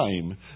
time